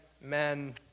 men